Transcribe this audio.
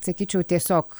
sakyčiau tiesiog